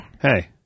hey